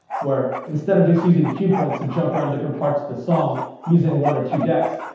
where instead of just using cue points to jump around different parts of the song using one or two decks,